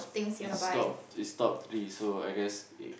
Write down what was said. it's top it's top three so I guess it